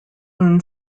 moon